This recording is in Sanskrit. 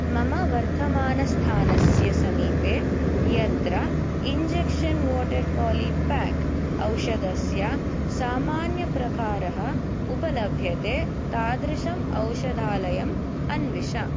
मम वर्तमानस्थानस्य समीपे यत्र इञ्जेक्षन् वाटर् पोलिपाक् औषधस्य सामान्यप्रकारः उपलभ्यते तादृशम् औषधालयम् अन्विष